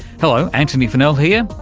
hello, antony funnell here,